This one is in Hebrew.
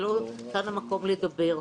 ולא כאן המקום לדבר.